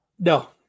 no